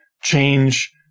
change